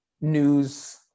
news